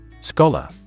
Scholar